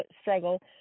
struggle